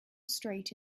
street